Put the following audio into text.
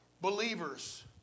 believers